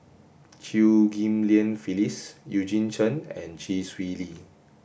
Chew Ghim Lian Phyllis Eugene Chen and Chee Swee Lee